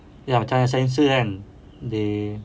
ya macam ada sensor kan